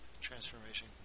Transformation